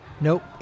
Nope